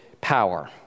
power